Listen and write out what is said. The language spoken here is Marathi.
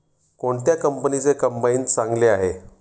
कोणत्या कंपनीचे कंबाईन चांगले आहे?